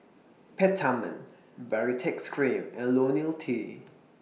Peptamen Baritex Cream and Lonil T